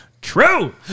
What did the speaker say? true